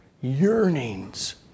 yearnings